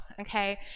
okay